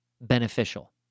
beneficial